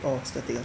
orh static ah